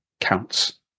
counts